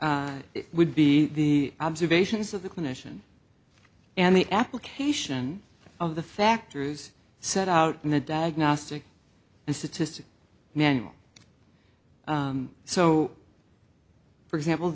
would be the observations of the clinician and the application of the factors set out in the diagnostic and statistical manual so for example